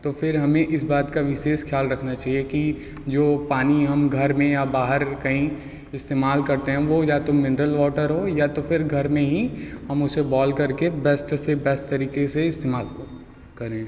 तो फिर हमें इस बात का विशेष ख्याल रखना चाहिए कि जो पानी हम घर में या बाहर कहीं इस्तेमाल करते हैं वो या तो मिनरल वॉटर हो या तो फिर घर में ही हम उसे बौल करके बेस्ट से बेस्ट तरीके से इस्तेमाल करें